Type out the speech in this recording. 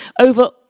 over